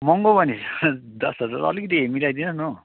महँगो भयो नि दश हजार अलिकति मिलाइदिनु न हो